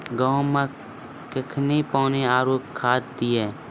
गेहूँ मे कखेन पानी आरु खाद दिये?